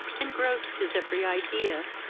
engrossed his every idea